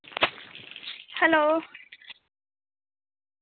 hello